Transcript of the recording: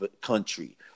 country